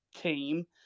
team